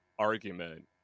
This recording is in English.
argument